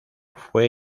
fue